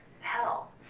hell